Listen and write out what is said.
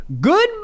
goodbye